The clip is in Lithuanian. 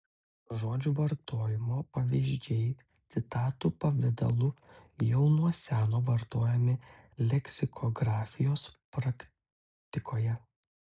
žodžių vartojimo pavyzdžiai citatų pavidalu jau nuo seno vartojami leksikografijos praktikoje